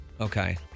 Okay